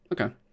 Okay